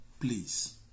please